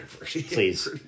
Please